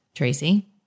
Tracy